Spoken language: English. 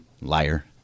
Liar